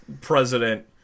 president